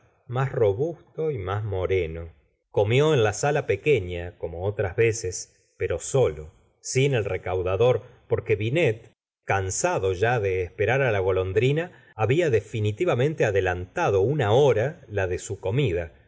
cmás robusto y más moreno comió en la sala pequeña como otras veces pero solo sin el recaudador porque binet cansado ya de esperar á la golondrina babia definitivamente adelantado una hora la de su comida